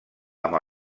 amb